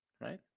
right